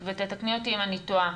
ותתקני אותי אם אני טועה: